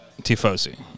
Tifosi